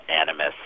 animus